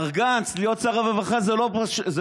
מר גנץ, להיות שר הרווחה זה לא בושה.